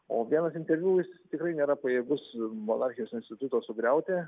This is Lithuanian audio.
o vienas interviu jisai tikrai nėra pajėgus monarchijos instituto sugriauti